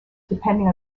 depending